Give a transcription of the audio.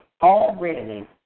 already